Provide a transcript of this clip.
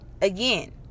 again